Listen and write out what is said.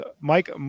Mike